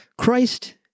Christ